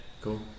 Cool